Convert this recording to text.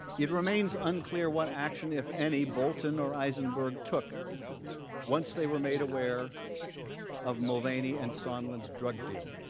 it remains unclear what action if any bolton or eisenberg took once they were made aware of mulvaney and sondland is drug deal